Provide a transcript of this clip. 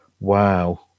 wow